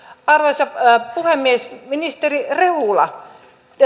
arvoisa puhemies ministeri rehula